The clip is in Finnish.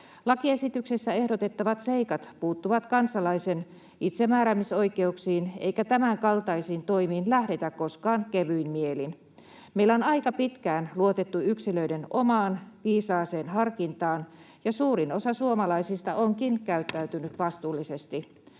Lakiesityksessä ehdotettavat seikat puuttuvat kansalaisen itsemääräämisoikeuksiin, eikä tämänkaltaisiin toimiin lähdetä koskaan kevyin mielin. Meillä on aika pitkään luotettu yksilöiden omaan viisaaseen harkintaan, ja suurin osa suomalaisista onkin käyttäytynyt vastuullisesti.